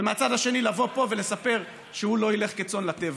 ומצד שני לבוא לפה ולספר שהוא לא ילך כצאן לטבח.